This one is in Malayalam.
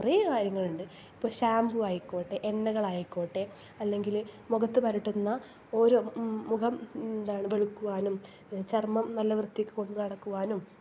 കൊറേ കാര്യങ്ങളുണ്ട് ഇപ്പ ഷാംപൂ ആയിക്കോട്ടെ എണ്ണകളായിക്കോട്ടെ അല്ലെങ്കിൽ മുഖത്തു പുരട്ടുന്ന ഓരോ മുഖം എന്താണ് വെളുക്കുവാനും ചർമ്മം നല്ല വൃത്തിക്ക് കൊണ്ടു നടക്കുവാനും